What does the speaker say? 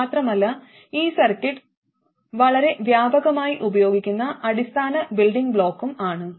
മാത്രമല്ല ഈ സർക്യൂട്ട് വളരെ വ്യാപകമായി ഉപയോഗിക്കുന്ന അടിസ്ഥാന ബിൽഡിംഗ് ബ്ലോക്കും ആണ്